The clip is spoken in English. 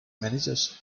managers